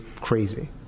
crazy